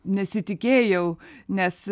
nesitikėjau nes